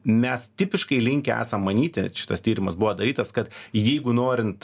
mes tipiškai linkę esam manyti šitas tyrimas buvo darytas kad jeigu norint